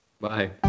Bye